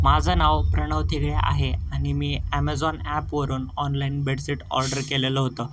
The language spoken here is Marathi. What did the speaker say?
माझं नाव प्रणव थिगळे आहे आणि मी ॲमेझॉन ॲपवरून ऑनलाईन बेडसीट ऑर्डर केलेलं होतं